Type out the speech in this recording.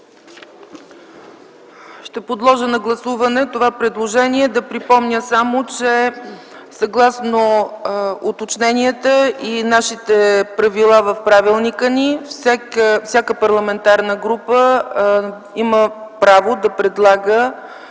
Ще подложа на гласуване предложението. Ще припомня само, че съгласно уточненията и нашите правила в Правилника ни всяка парламентарна група има право да предлага